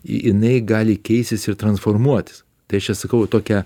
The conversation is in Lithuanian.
jinai gali keistis ir transformuotis tai aš čia sakau tokią